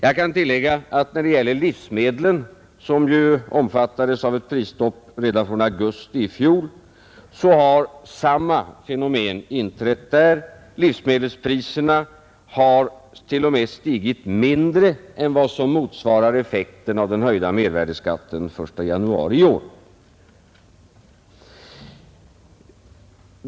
Jag kan tillägga att när det gäller livsmedlen, som ju omfattades av ett prisstopp redan från augusti i fjol, har samma fenomen inträffat där. Livsmedelspriserna har t.o.m. stigit mindre än vad som motsvarar effekten av den höjda mervärdeskatten.